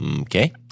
okay